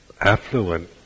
affluent